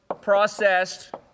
processed